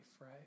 right